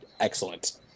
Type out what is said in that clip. Excellent